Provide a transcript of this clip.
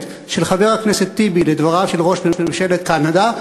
של חבר הכנסת טיבי לדבריו של ראש ממשלת קנדה,